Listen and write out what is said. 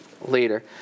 later